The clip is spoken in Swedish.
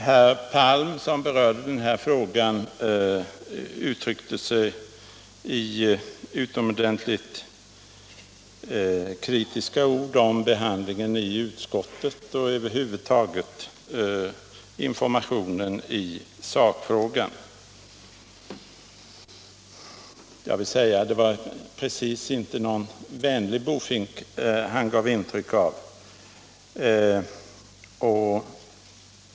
Herr Palm, som berörde den här frågan, uttryckte sig i utomordentligt kritiska ord om behandlingen i utskottet och över huvud taget om informationen i sakfrågan. Jag vill säga att det var inte precis någon fin bofink han gav intryck av.